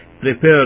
prepared